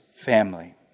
family